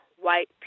white